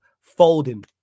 folding